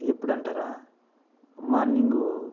ఎప్పుడు అంటారా మార్నింగ్